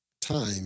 time